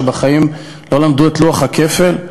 בחיים לא למדו את לוח הכפל,